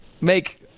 make